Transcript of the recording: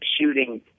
shooting